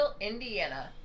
Indiana